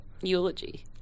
Eulogy